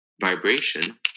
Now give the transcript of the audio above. vibration